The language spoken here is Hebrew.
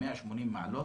180 מעלות,